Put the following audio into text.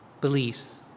beliefs